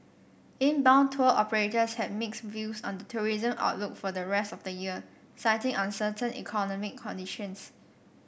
inbound tour operators had mixed views on the tourism outlook for the rest of the year citing uncertain economic conditions